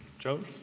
joan?